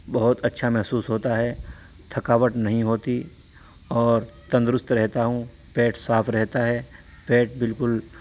بہت اچھا محسوس ہوتا ہے تھکاوٹ نہیں ہوتی اور تندرست رہتا ہوں پیٹ صاف رہتا ہے پیٹ بالکل